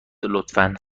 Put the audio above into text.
لطفا